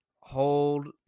hold